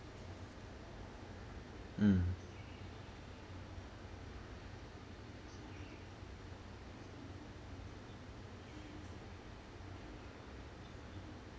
mm